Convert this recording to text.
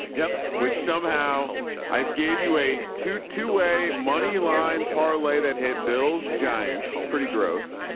yep. which somehow i've gave you a two, two way money line parlay that hit bills giants pretty gross.